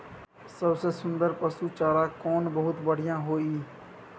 सबसे सुन्दर पसु चारा कोन बहुत बढियां होय इ?